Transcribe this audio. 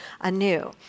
anew